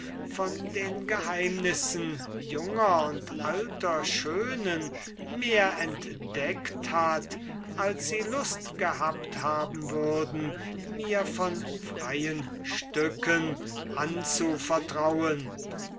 von den geheimnissen junger und alter schönen mehr entdeckt hat als diese lust gehabt haben würden mir von freien stücken anzuvertrauen